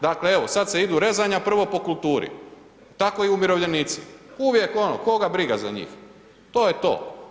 Dakle, evo sad se idu rezanja prvo po kulturi, tako i umirovljenici, uvijek ono koga briga za njih, to je to.